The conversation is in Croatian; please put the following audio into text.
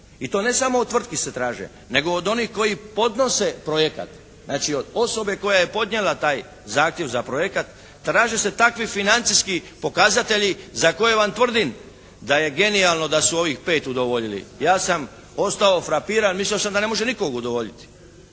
i to ne samo od tvrtki se traže nego od onih koji podnose projekat, znači od osobe koja je podnijela taj zahtjev za projekat traže se takvi financijski pokazatelji za koje vam tvrdim da je genijalno da su ovih pet udovoljili. Ja sam ostao frapiran, mislio sam da nitko ne može udovoljiti.